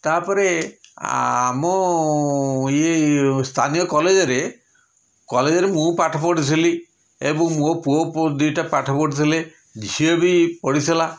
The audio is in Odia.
ତା'ପରେ ଆମ ଇଏ ସ୍ଥାନୀୟ କଲେଜ୍ରେ କଲେଜ୍ରେ ମୁଁ ପାଠ ପଢ଼ିଥିଲି ଏବଂ ମୋ ପୁଅ ପୁଅ ଦୁଇଟା ପାଠ ପଢ଼ୁଥିଲେ ଝିଅ ବି ପଢ଼ିଥିଲା